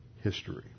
history